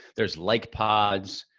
there's like pods.